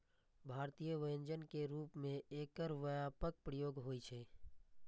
भारतीय व्यंजन के रूप मे एकर व्यापक प्रयोग होइ छै